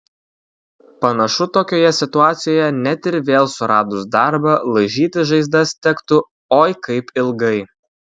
panašu tokioje situacijoje net ir vėl suradus darbą laižytis žaizdas tektų oi kaip ilgai